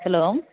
hello